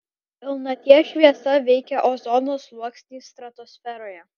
pilnaties šviesa veikia ozono sluoksnį stratosferoje